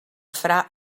fra